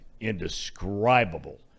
indescribable